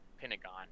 Pentagon